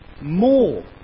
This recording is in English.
more